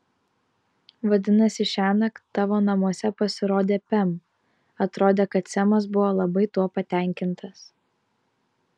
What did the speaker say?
vadinasi šiąnakt tavo namuose pasirodė pem atrodė kad semas buvo labai tuo patenkintas